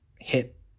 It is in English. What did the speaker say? hit